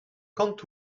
quand